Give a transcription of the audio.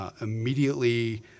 immediately